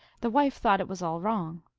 the wife thought it was all wrong.